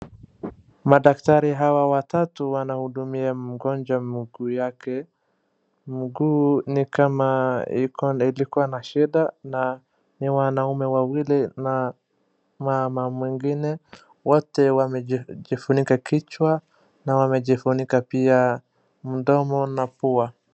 Madaktari hawa watatu wanahudumia mgonjwa mguu yake. Mguu nikama ilikuwa na shida na ni wanume wawili na mama mmoja, wote wamejifunika kichwa na wamejifunika pia mdomo na pua.